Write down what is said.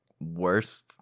worst